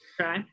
Okay